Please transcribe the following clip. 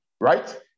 right